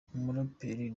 umuraperikazi